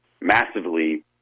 massively